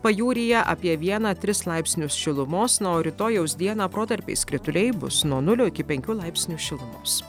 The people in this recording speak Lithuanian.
pajūryje apie vieną tris laipsnius šilumos na o rytojaus dieną protarpiais krituliai bus nuo nulio iki penkių laipsnių šilumos